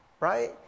right